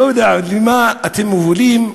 לא יודע למה אתם מובילים,